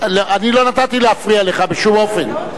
אני לא נתתי להפריע לך, בשום אופן.